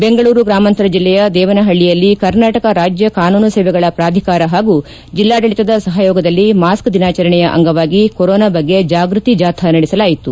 ಬೆಂಗಳೂರು ಗ್ರಾಮಾಂತರ ಜಲ್ಲೆಯ ದೇವನಹಳ್ಳಯಲ್ಲಿ ಕರ್ನಾಟಕ ರಾಜ್ಯ ಕಾನೂನು ಸೇವೆಗಳ ಪ್ರಾಧಿಕಾರ ಹಾಗೂ ಜಲ್ಲಾಡಳಿತದ ಸಹಯೋಗದಲ್ಲಿ ಮಾಸ್ತ್ ದಿನಾಚರಣೆಯ ಅಂಗವಾಗಿ ಕೊರೋನಾ ಬಗ್ಗೆ ಜಾಗ್ವತಿ ಜಾಥಾ ನಡೆಸಲಾಯಿತು